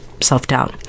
self-doubt